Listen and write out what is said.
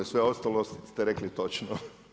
Sve ostalo ste rekli točno.